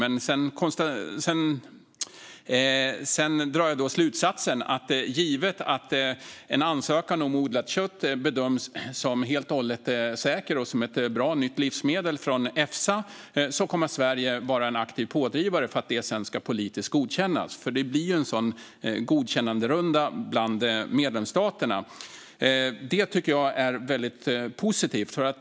Men givet att odlat kött efter ansökan bedöms som helt och hållet säkert och som ett bra nytt livsmedel av Efsa drar jag slutsatsen att Sverige kommer att vara en aktiv pådrivare för att det sedan ska godkännas politiskt, för det blir en godkännanderunda bland medlemsstaterna. Jag tycker att detta är väldigt positivt.